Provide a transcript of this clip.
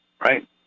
right